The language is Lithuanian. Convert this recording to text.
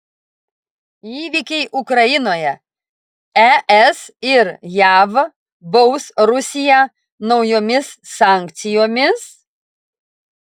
įvykiai ukrainoje es ir jav baus rusiją naujomis sankcijomis